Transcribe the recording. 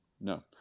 No